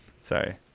Sorry